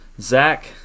zach